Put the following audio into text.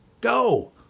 Go